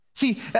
See